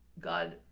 God